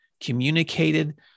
communicated